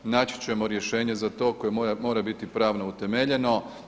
Naći ćemo rješenje za to koje mora biti pravno utemeljeno.